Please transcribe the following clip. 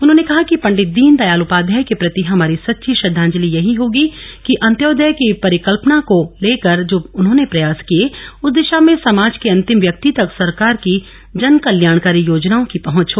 उन्होंने कहा कि पंडित दीनदयाल उपाध्याय के प्रति हमारी सच्ची श्रद्दांजलि यही होगी कि अन्त्योदय की परिकल्पना को लेकर जो उन्होंने प्रयास किये उस दिशा में समाज के अन्तिम व्यक्ति तक सरकार की जनकल्याणकारी योजनाओं की पहंच हो